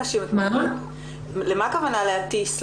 למה הכוונה להטיס?